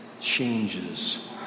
changes